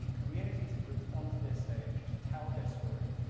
um communities and groups on to their stage, to tell their stories,